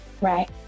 Right